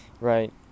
right